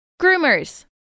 groomers